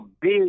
big –